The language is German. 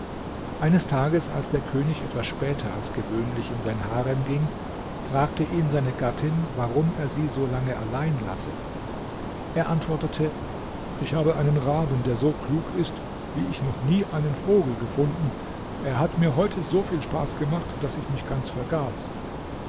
eines tages als der könig etwas später als gewöhnlich in sein harem ging fragte ihn seine gattin warum er sie so lange allein lasse er antwortete ich habe einen raben der so klug ist wie ich noch nie einen vogel gefunden er hat mir heute so viel spaß gemacht daß ich mich ganz vergaß